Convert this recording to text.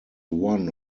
one